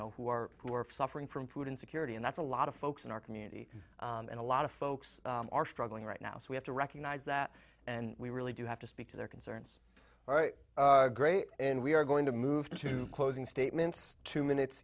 know who are who are suffering from food insecurity and that's a lot of folks in our community and a lot of folks are struggling right now so we have to recognize that and we really do have to speak to their concerns and we are going to move to closing statements two minutes